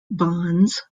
bonds